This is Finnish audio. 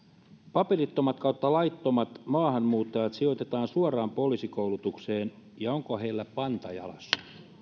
paperittomat laittomat maahanmuuttajat sijoitetaan suoraan poliisikoulutukseen ja onko heillä panta jalassa